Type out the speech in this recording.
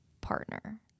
partner